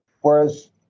Whereas